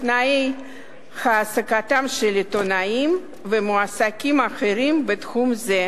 בתנאי העסקתם של עיתונאים ומועסקים אחרים בתחום זה,